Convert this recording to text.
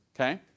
okay